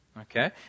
okay